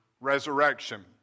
resurrection